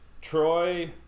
Troy